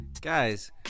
guys